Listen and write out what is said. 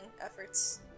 efforts